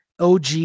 OG